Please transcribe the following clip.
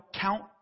count